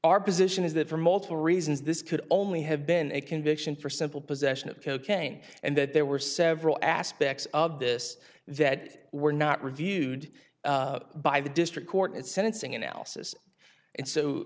our position is that for multiple reasons this could only have been a conviction for simple possession of cocaine and that there were several aspects of this that were not reviewed by the district court sentencing analysis and so